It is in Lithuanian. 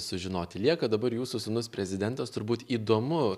sužinoti lieka dabar jūsų sūnus prezidentas turbūt įdomu